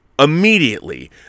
immediately